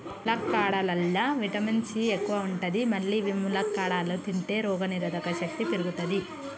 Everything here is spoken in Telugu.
ములక్కాడలల్లా విటమిన్ సి ఎక్కువ ఉంటది మల్లి ములక్కాడలు తింటే రోగనిరోధక శక్తి పెరుగుతది